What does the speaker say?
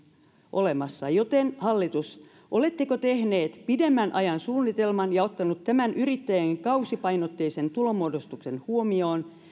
olemassa joten hallitus oletteko tehneet pidemmän ajan suunnitelman ja ottaneet tämän yrittäjien kausipainotteisen tulonmuodostuksen huomioon